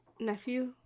nephew